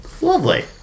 Lovely